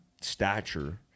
stature